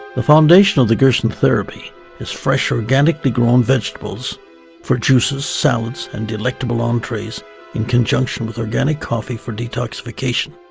the foundation of the gerson therapy is fresh organically grown vegetables for juices, salads and delectable entrees in conjunction with organic coffee for detoxification.